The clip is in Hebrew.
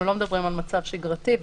לא על מצב שגרתי.